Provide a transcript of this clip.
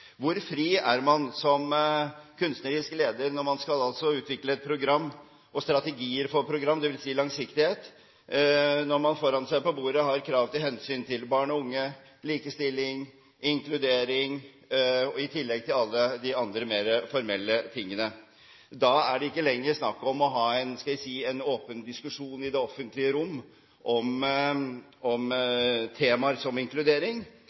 kunstnerisk leder når man skal utvikle et program og strategier for program, dvs. langsiktighet, når man foran seg på bordet har krav om hensyn til barn og unge, likestilling, inkludering, i tillegg til alle de andre mer formelle tingene? Da er det ikke lenger snakk om å ha en åpen diskusjon i det offentlige rom om temaer som inkludering.